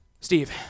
Steve